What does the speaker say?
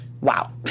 Wow